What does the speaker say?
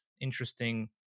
interesting